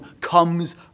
comes